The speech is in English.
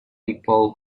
people